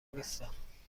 نیستم